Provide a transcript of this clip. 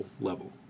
level